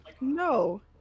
No